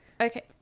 Okay